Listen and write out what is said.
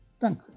Danke